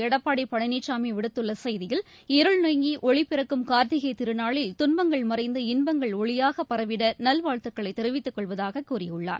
எடப்பாடி பழனிசாமி விடுத்துள்ள செய்தியில் இருள்நீங்கி ஒளி பிறக்கும் கார்த்திகை திருநாளில் துன்பங்கள் மறைந்து இன்பங்கள் ஒளியாக பரவிட நல்வாழ்த்துகளை தெரிவித்துக் கொள்வதாக கூறியுள்ளார்